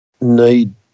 Need